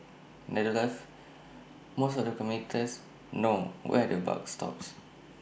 nevertheless most of the commuters know where the buck stops